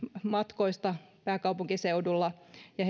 matkoista pääkaupunkiseudulla ja